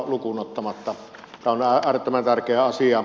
tämä on äärettömän tärkeä asia